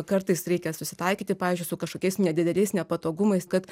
kartais reikia susitaikyti pavyzdžiui su kažkokiais nedideliais nepatogumais kad